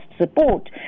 support